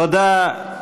תודה.